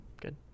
good